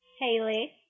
Haley